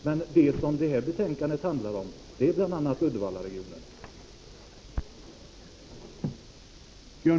Men detta betänkande handlar bl.a. om Uddevallaregionen.